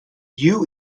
you